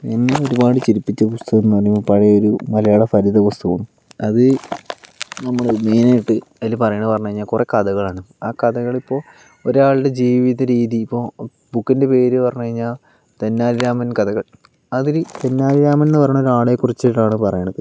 എന്നെ ഒരുപാട് ചിരിപ്പിച്ച പുസ്തകം എന്ന് പറഞ്ഞാൽ പഴയൊരു മലയാള ഫലിത പുസ്തകാണ് അത് നമ്മുടെ മെയിന് ആയിട്ട് അതില് പറയണത് പറഞ്ഞു കഴിഞ്ഞാല് കുറേ കഥകളാണ് ആ കഥകളിപ്പോൾ ഒരാളുടെ ജീവിത രീതി ഇപ്പോൾ ബുക്കിന്റെ പേര് പറഞ്ഞു കഴിഞ്ഞാൽ തെന്നാലി രാമന് കഥകള് അതൽ തെന്നാലിരാമനെന്ന് പറയണ ഒരാളെ കുറിച്ചിട്ടാണ് പറയണത്